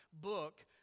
book